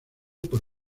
por